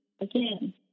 again